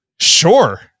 Sure